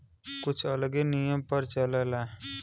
कुछ अलगे नियम पर चलेला